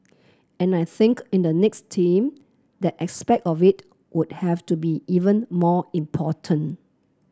and I think in the next team that aspect of it would have to be even more important